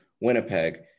Winnipeg